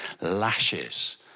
lashes